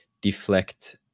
deflect